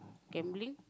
gambling